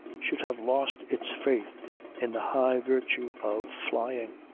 should have lost its faith in the high virtue of flying.